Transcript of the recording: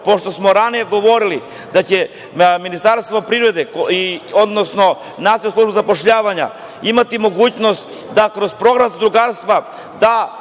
pošto smo ranije govorili da će Ministarstvo privrede, odnosno Nacionalna služba za zapošljavanje imati mogućnost da kroz program zadrugarstva da